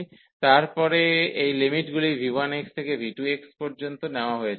এবং তারপরে এই লিমিটগুলি v1x থেকে v2x পর্যন্ত নেওয়া হয়েছে